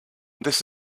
this